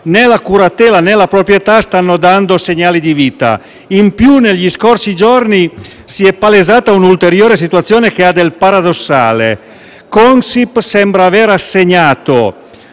né la curatela e la proprietà stanno dando segnali di vita. In più, negli scorsi giorni si è palesata un'ulteriore situazione che ha del paradossale: Consip sembra aver assegnato